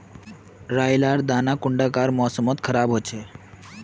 राई लार दाना कुंडा कार मौसम मोत खराब होचए?